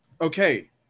Okay